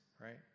right